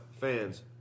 Fans